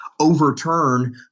Overturn